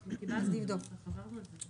קיבלנו את הנוסח ועברנו על זה.